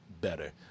better